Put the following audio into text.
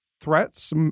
threats